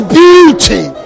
beauty